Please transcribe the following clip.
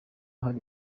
hari